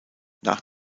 nach